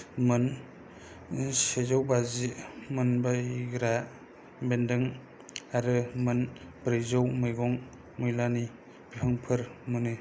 मोन सेजौ बाजि मानबायग्रा बेनदों आरो मोन ब्रैजौ मैगं मैलानि बिफांफोर मोनो